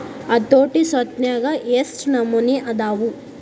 ಹತೋಟಿ ಸ್ವತ್ನ್ಯಾಗ ಯೆಷ್ಟ್ ನಮನಿ ಅದಾವು?